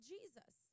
Jesus